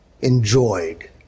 enjoyed